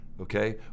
okay